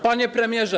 Panie Premierze!